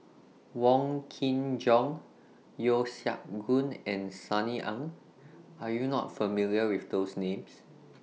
Wong Kin Jong Yeo Siak Goon and Sunny Ang Are YOU not familiar with those Names